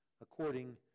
according